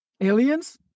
Aliens